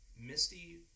Misty